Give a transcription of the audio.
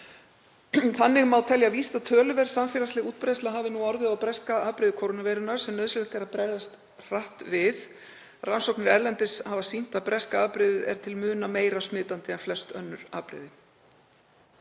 Þannig má telja víst að töluverð samfélagsleg útbreiðsla hafi nú orðið á breska afbrigði kórónuveirunnar sem nauðsynlegt er að bregðast hratt við. Rannsóknir erlendis hafa sýnt að breska afbrigðið er til muna meira smitandi en flest önnur afbrigði.